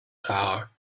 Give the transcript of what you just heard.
tower